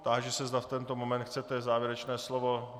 Táži se, zda v tento moment chcete závěrečné slovo.